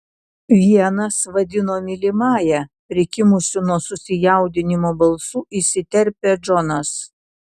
vienas vadino mylimąja prikimusiu nuo susijaudinimo balsu įsiterpia džonas